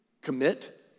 commit